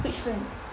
which friend